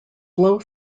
blow